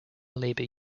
labor